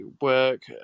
work